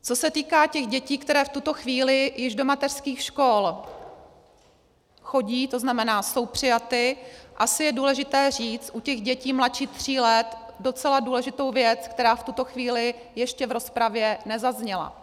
Co se týká těch dětí, které v tuto chvíli již do mateřských škol chodí, to znamená, jsou přijaty, asi je důležité říct u těch dětí mladších tří let docela důležitou věc, která v tuto chvíli ještě v rozpravě nezazněla.